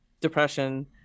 depression